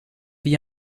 wie